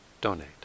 donate